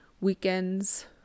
weekends